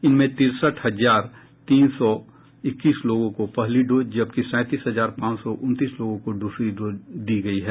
इनमें तिरसठ हजार तीन सौ इक्कीस लोगों को पहली डोज जबकि सैंतीस हजार पांच सौ उनतीस लोगों को द्सरी डोज दी गयी है